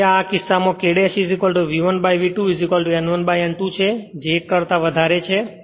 તેથી આ કિસ્સામાં K V1 V2 N1N2 છે જે 1 કરતા વધારે છે